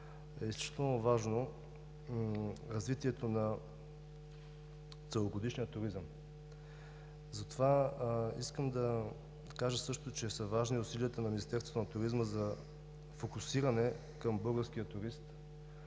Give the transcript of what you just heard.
е изключително важно развитието на целогодишния туризъм. Затова искам да кажа също, че са важни усилията на Министерството на туризма за фокусиране към българския турист.